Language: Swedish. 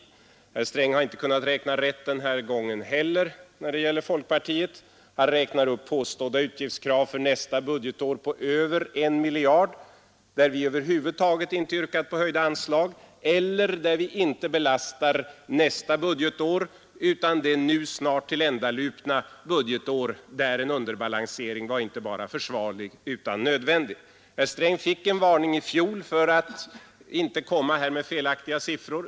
Herr Sträng har inte kunnat räkna rätt den här gången heller när det gäller folkpartiet. Han räknar upp påstådda utgiftskrav för n huvud taget inte yrkat på höjda anslag eller där vi inte belastat nästa a budgetår på över 1 miljard, där vi över budgetår utan det nu snart tilländalupna budgetåret, där en underbalansering var inte bara försvarlig utan nödvändig. Herr Sträng fick en varning i fjol att inte komma med felaktiga siffror.